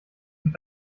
mit